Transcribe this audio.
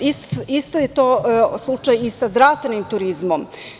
Isto je to slučaj i sa zdravstvenim turizmom.